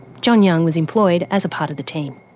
john young was employed as a part of the team.